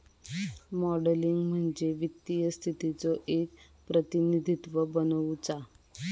modelling म्हणजे वित्तीय स्थितीचो एक प्रतिनिधित्व बनवुचा